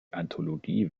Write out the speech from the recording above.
anthologie